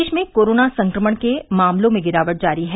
प्रदेश में कोरोना संक्रमण के मामलों में गिरावट जारी है